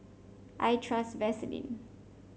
I trust Vaselin